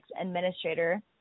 administrator